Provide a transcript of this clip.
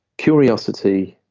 curiosity,